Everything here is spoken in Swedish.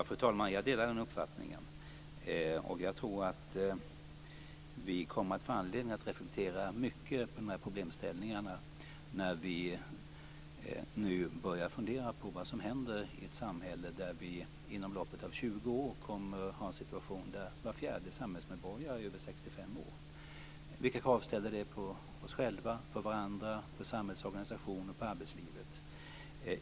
Fru talman! Jag delar den uppfattningen, och jag tror att vi kommer att få anledning att reflektera mycket över dessa problemställningar när vi nu börjar fundera på vad som händer i ett samhälle där vi inom loppet av 20 år kommer att ha en situation där var fjärde samhällsmedborgare är över 65 år. Vilka krav ställer det på oss själva, på varandra, på samhällsorganisationer och på arbetslivet?